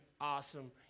awesome